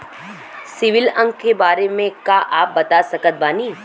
CIBIL अंक के बारे मे का आप बता सकत बानी?